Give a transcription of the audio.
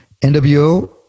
NWO